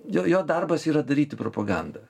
jo jo darbas yra daryti propagandą